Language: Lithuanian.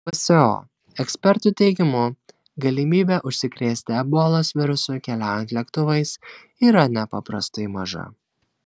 pso ekspertų teigimu galimybė užsikrėsti ebolos virusu keliaujant lėktuvais yra nepaprastai maža